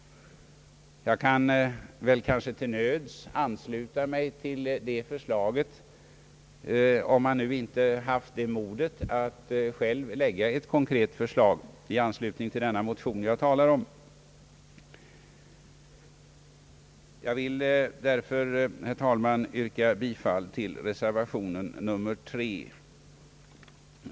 Jag kan väl till nöds ansluta mig till det förslaget, om man nu inte haft det modet att själv lägga fram ett konkret förslag i anslutning till den motion jag här talar om. Jag vill därför, herr talman, yrka bifall till reservation nr 3.